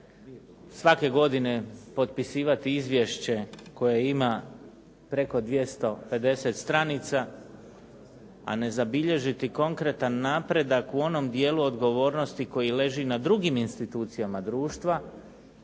svake godine potpisivati izvješće koje ima preko 250 stranica a ne zabilježiti konkretan napredak u onom dijelu odgovornosti koji leži na drugim institucijama društva